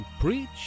Preach